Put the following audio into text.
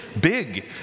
big